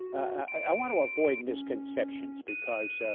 i want to avoid misconceptions because ah.